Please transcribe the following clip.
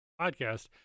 podcast